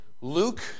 Luke